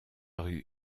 rue